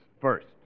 first